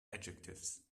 adjectives